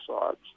sides